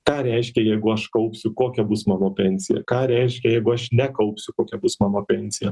ką reiškia jeigu aš kaupsiu kokia bus mano pensija ką reiškia jeigu aš nekaupsiu kokia bus mano pensija